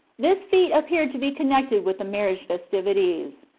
this fete appeared to be connected with the marriage festivities.